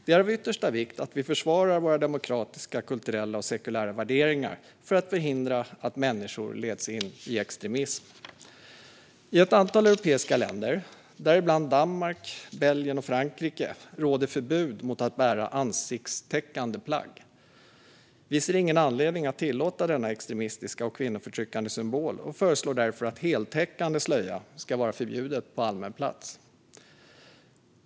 Det är av yttersta vikt att vi försvarar våra demokratiska, kulturella och sekulära värderingar för att förhindra att människor leds in i extremism. I ett antal europeiska länder, däribland Danmark, Belgien och Frankrike, råder förbud mot att bära ansiktstäckande plagg. Vi ser ingen anledning att tillåta denna extremistiska och kvinnoförtryckande symbol och föreslår därför att heltäckande slöja ska vara förbjuden på allmän plats.